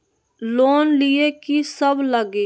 Loan लिए की सब लगी?